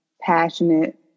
passionate